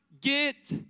get